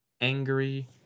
angry